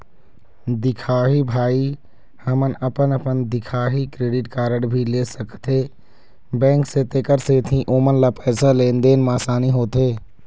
दिखाही भाई हमन अपन अपन दिखाही क्रेडिट कारड भी ले सकाथे बैंक से तेकर सेंथी ओमन ला पैसा लेन देन मा आसानी होथे?